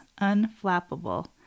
unflappable